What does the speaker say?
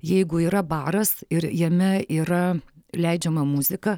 jeigu yra baras ir jame yra leidžiama muzika